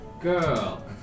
girl